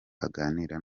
aganira